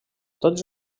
tots